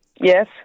yes